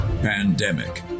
Pandemic